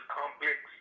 complex